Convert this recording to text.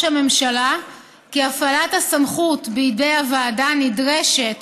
הממשלה כי הפעלת הסמכות בידי הוועדה נדרשת